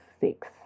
six